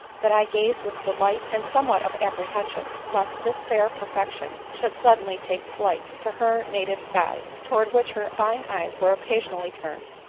that i gazed with delight, and somewhat of apprehension lest this fair perfection shoud suddenly take flight to her native skies, toward which her fine eyes were occasionally turned.